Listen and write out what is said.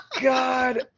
God